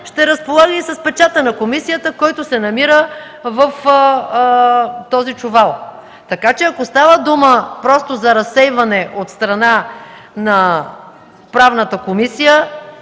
ще разполага и с печата на комисията, който се намира в този чувал. Така че ако става дума просто за разсейване от страна на Правната комисия